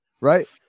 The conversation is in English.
Right